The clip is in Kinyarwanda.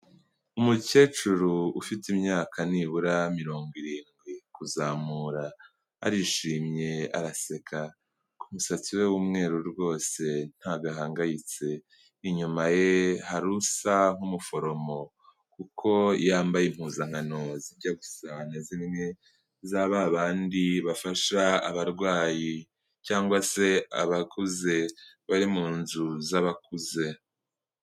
Umukecuru ufite imyaka nibura mirongo irindwi kuzamura, arishimye araseka, ku musatsi we w'umweru rwose ntabwo ahangayitse, inyuma ye hari usa nk'umuforomo kuko yambaye impuzankano zijya gusa na zimwe za ba bandi bafasha abarwayi cyangwa se abakuze bari mu nzu z'abakuze.